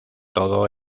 todo